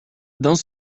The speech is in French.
dans